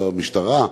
במשטרה,